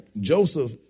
Joseph